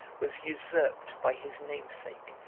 was usurped by his namesake,